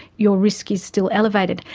your risk is still elevated.